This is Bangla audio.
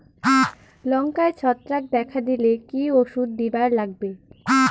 লঙ্কায় ছত্রাক দেখা দিলে কি ওষুধ দিবার লাগবে?